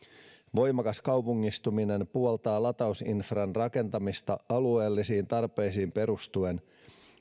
voimakas kaupungistuminen puoltaa latausinfran rakentamista alueellisiin tarpeisiin perustuen